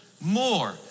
more